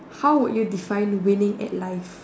how would you define winning at life